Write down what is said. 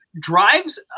drives